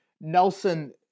Nelson